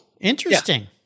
interesting